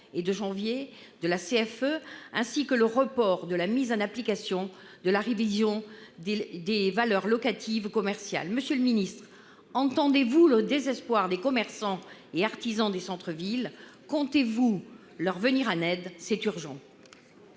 l'exonération de la CFE, ainsi que le report de la mise en application de la révision des valeurs locatives commerciales. Monsieur le ministre, entendez-vous le désespoir des commerçants et artisans des centres-villes ? Comptez-vous leur venir en aide ? C'est urgent